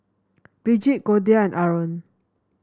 Brigitte Goldia and Arron